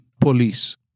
police